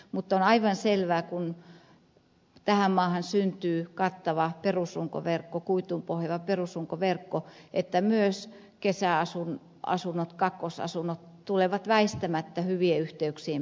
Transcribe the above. mutta on aivan selvää kun tähän maahan syntyy kattava perusrunkoverkko kuituun pohjaava perusrunkoverkko että myös kesäasunnot kakkosasunnot tulevat väistämättä hyvien yhteyksien piiriin